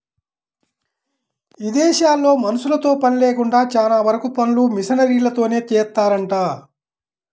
ఇదేశాల్లో మనుషులతో పని లేకుండా చానా వరకు పనులు మిషనరీలతోనే జేత్తారంట